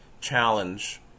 challenge